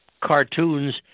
cartoons